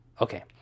Okay